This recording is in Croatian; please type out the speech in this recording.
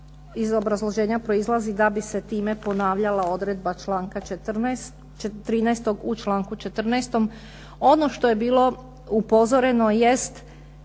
iz obrazloženja proizlazi da bi se time ponavljala odredba članka 13. u članku 14. Ono što je bilo upozoreno jest,